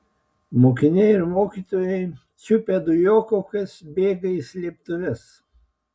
mokiniai ir mokytojai čiupę dujokaukes bėga į slėptuves